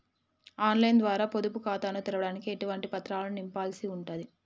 On line ద్వారా పొదుపు ఖాతాను తెరవడానికి ఎటువంటి పత్రాలను నింపాల్సి ఉంటది?